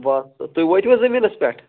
بَس تُہۍ وٲتوٕ حظ زٔمیٖنَس پٮ۪ٹھ